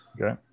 Okay